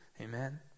Amen